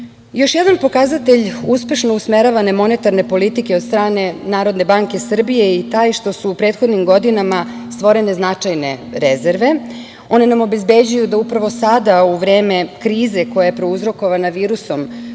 jedan pokazatelj uspešno usmeravane monetarne politike od strane NBS je taj što su u prethodnim godinama stvorene značajne rezerve. One nam obezbeđuju da upravo sada u vreme krize koja je prouzrokovana virusom